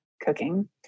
cooking